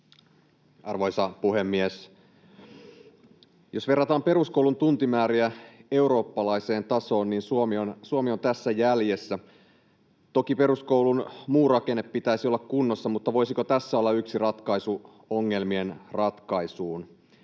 Arvoisa puhemies! Jos verrataan peruskoulun tuntimääriä eurooppalaiseen tasoon, niin Suomi on tässä jäljessä. Toki peruskoulun muun rakenteen pitäisi olla kunnossa, mutta voisiko tässä olla yksi ratkaisu ongelmiin?